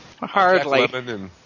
Hardly